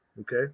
Okay